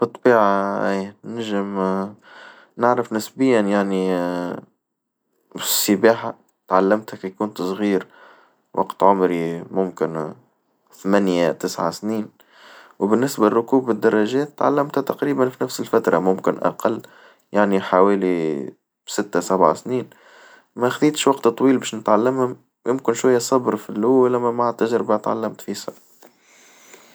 بالطبيعة نجم نعرف نسبيُا يعني السباحة تعلمتها هيك كنت صغير وقت عمري ممكن ثمانية تسع سنين، وبالنسبة لركوب الدراجات تعلمتها تقريبًا في نفس الفترة ممكن اقل يعني حوالي ستة سبع سنين مخديتش وقت طويل باش نتعلمها يمكن شوية صبر فالأول أما مع التجربة اتعلمت في سهل.